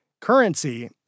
currency